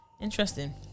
Interesting